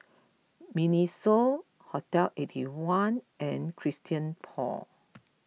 Miniso Hotel Eighty One and Christian Paul